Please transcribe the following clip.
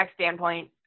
standpoint